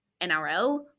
NRL